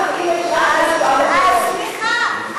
סליחה,